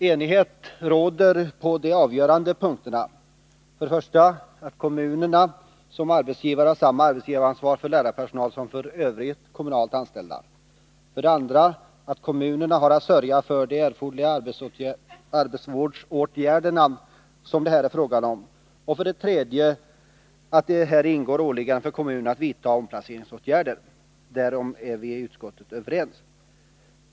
Enighet råder på de avgörande punkterna: för det första att kommunerna som arbetsgivare har samma arbetsgivaransvar för lärarpersonalen som för övriga kommunalt anställda, för det andra att kommunerna har att sörja för de erforderliga arbetsvårdsåtgärder som det här är fråga om, och för det tredje att här ingår åligganden för kommunerna att vidta omplaceringsåtgärder. — Därom är vi överens i utskottet.